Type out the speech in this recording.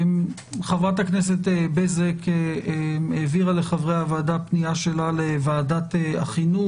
חברת הכנסת בזק העבירה לחברי הוועדה פנייה שלה לוועדת החינוך,